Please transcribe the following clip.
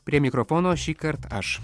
prie mikrofono šįkart aš